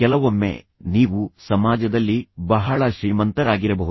ಕೆಲವೊಮ್ಮೆ ನೀವು ಸಮಾಜದಲ್ಲಿ ಬಹಳ ಶ್ರೀಮಂತರಾಗಿರಬಹುದು